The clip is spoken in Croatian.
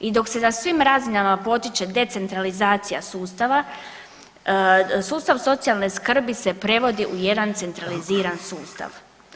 I dok se na svim razinama potiče decentralizacija sustava, sustav socijalne skrbi se prevodi u jedan centraliziran sustav.